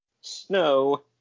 Snow